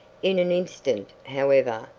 in an instant, however,